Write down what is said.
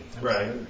Right